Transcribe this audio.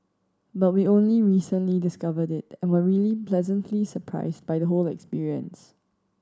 but we only recently discovered it and were really pleasantly surprised by the whole experience